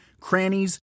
crannies